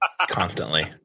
constantly